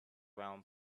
round